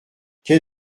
quai